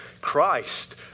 Christ